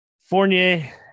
Fournier